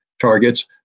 targets